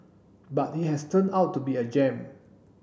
but it has turned out to be a gem